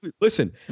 Listen